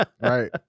Right